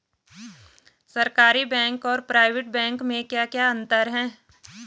सरकारी बैंक और private bank में क्या क्या अंतर हैं?